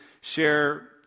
share